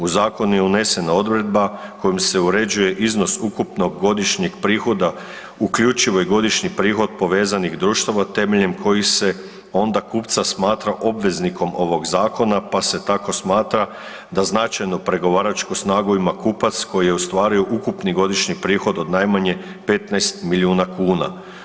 U zakonu je unesena odredba kojom se uređuje iznos ukupnog godišnjeg prihoda, uključivo i godišnji prihod povezanih društava temeljem kojih se onda kupca smatra obveznikom ovog zakona, pa se tako smatra da značajno pregovaračku snagu ima kupac koji je ostvario ukupni godišnji prihod od najmanje 15 milijuna kuna.